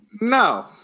No